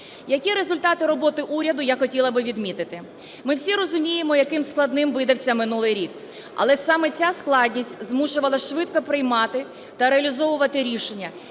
Які результати роботи уряду я хотіла би відмітити. Ми всі розуміємо, яким складним видався минулий рік, але саме ця складність змушувала швидко приймати та реалізовувати рішення